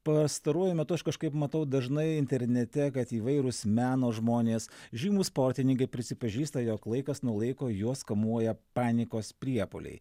pastaruoju metu aš kažkaip matau dažnai internete kad įvairūs meno žmonės žymūs sportininkai prisipažįsta jog laikas nuo laiko juos kamuoja panikos priepuoliai